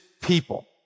people